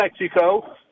Mexico